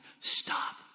Stop